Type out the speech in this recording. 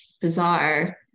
bizarre